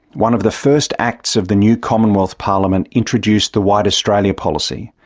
one of the first acts of the new commonwealth parliament introduced the white australia policy,